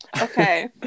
Okay